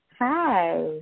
Hi